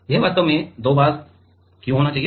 यह वास्तव में दो बार क्यों होना चाहिए